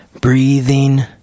breathing